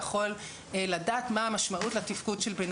לא יכול לדעת מה המשמעות לתפקוד של בן